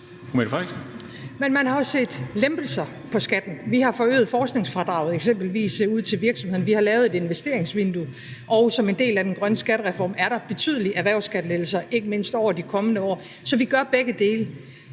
Men man har også set lempelser af skatten. Vi har eksempelvis forøget forskningsfradraget for virksomhederne, vi har lavet et investeringsvindue, og som en del af den grønne skattereform er der betydelige erhvervsskattelettelser, ikke mindst over de kommende år, så vi gør begge dele.